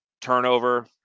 turnover